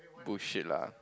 bullshit lah